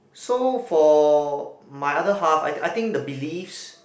so for my other half I I think the beliefs